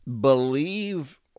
believe